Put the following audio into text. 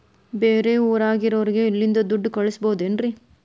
ಬೇರೆ ಊರಾಗಿರೋರಿಗೆ ಇಲ್ಲಿಂದಲೇ ದುಡ್ಡು ಕಳಿಸ್ಬೋದೇನ್ರಿ?